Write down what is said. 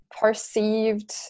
perceived